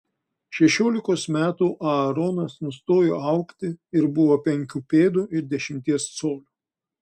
šešiolikos metų aaronas nustojo augti ir buvo penkių pėdų ir dešimties colių